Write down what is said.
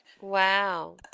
Wow